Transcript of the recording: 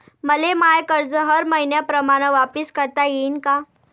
मले माय कर्ज हर मईन्याप्रमाणं वापिस करता येईन का?